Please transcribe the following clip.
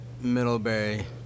Middlebury